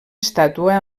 estàtua